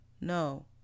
No